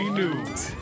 news